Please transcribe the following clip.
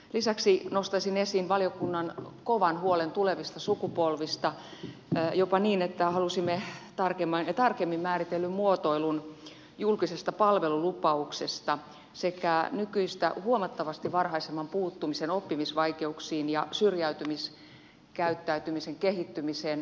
lisäksi nostaisin esiin valiokunnan kovan huolen tulevista sukupolvista jopa niin että halusimme tarkemmin määritellyn muotoilun julkisesta palvelulupauksesta sekä nykyistä huomattavasti varhaisemmasta puuttumisesta oppimisvaikeuksiin ja syrjäytymiskäyttäytymisen kehittymiseen